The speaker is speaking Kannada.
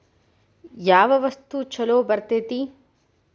ಯಾವ ವಸ್ತು ಛಲೋ ಬರ್ತೇತಿ?